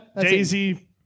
Daisy